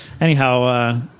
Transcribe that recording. Anyhow